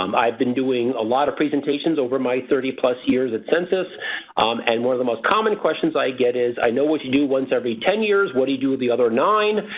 um i've been doing a lot of presentations over my thirty plus years at census and one of the most common questions i get is i know what you do once every ten years, what do you do the other nine?